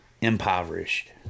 Impoverished